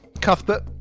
Cuthbert